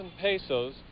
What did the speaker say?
pesos